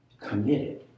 committed